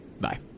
Bye